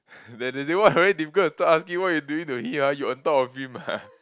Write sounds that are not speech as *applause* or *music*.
*laughs* that that day what very difficult to stop asking why you doing to he ah you on top of him ah